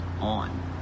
on